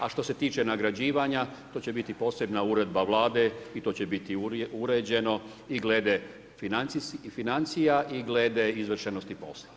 A što se tiče nagrađivanja, to će biti posebna uredba vlade i to će biti uređeno i glede financija i glede izvršenosti posla.